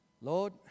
Lord